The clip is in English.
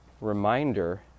reminder